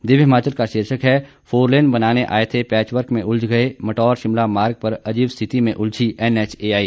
दिव्य हिमाचल का शीर्षक है फोरलेन बनाने आए थे पैचवर्क में उलझ गए मटौर शिमला मार्ग पर अजीब स्थिति में उलझी एनएचएआई